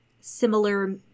Similar